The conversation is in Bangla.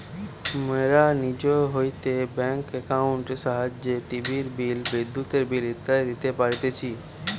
মোরা নিজ হইতে ব্যাঙ্ক একাউন্টের সাহায্যে টিভির বিল, বিদ্যুতের বিল ইত্যাদি দিতে পারতেছি